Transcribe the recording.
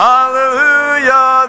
Hallelujah